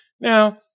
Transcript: Now